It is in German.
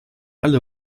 alle